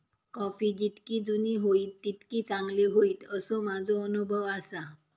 coffee जितकी जुनी होईत तितकी चांगली होईत, असो माझो अनुभव आसा